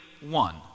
one